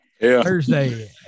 Thursday